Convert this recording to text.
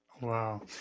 Wow